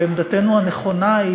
ועמדתנו הנכונה,